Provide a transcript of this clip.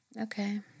okay